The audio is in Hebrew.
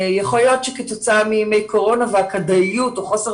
יכול להיות שכתוצאה מימי קורונה והכדאיות או חוסר